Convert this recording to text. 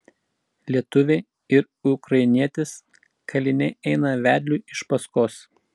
lietuviai ir ukrainietis kaliniai eina vedliui iš paskos